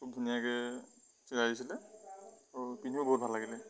খুব ধুনীয়াকৈ চিলাই দিছিলে আৰু পিন্ধিও বহুত ভাল লাগিলে